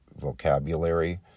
vocabulary